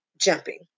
jumping